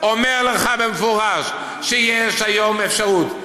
אומר לך במפורש שיש היום אפשרות,